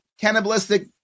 cannibalistic